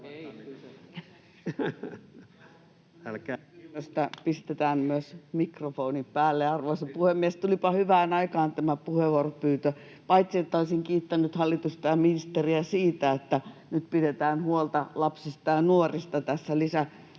pistetään myös mikrofoni päälle. — Arvoisa puhemies! Tulipa hyvään aikaan tämä puheenvuoropyyntö. Paitsi että olisin kiittänyt hallitusta ja ministeriä siitä, että nyt pidetään huolta lapsista ja nuorista tässä